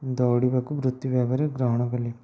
ଦୌଡ଼ିବାକୁ ବୃତ୍ତି ଭାବରେ ଗ୍ରହଣ କଲି